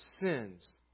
sins